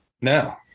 no